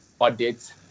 audits